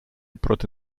проти